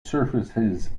surfaces